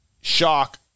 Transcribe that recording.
shock